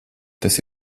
tas